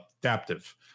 Adaptive